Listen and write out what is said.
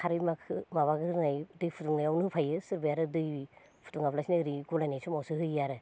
खारैखो दै फुदुंनायावनो होफायो सोरबाया आरो दै गलायनाय समावसो होयो आरो